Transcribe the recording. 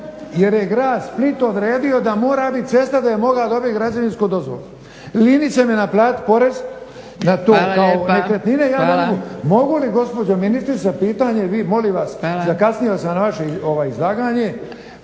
jer je grad Split odredio da mora biti cesta da bih mogao dobiti građevinsku dozvolu. Linić će mi naplatiti porez na to kao nekretnine ja ne mogu, mogu li gospođo ministrice, pitanje, vi molim vas, zakasnio sam na vaše izlaganje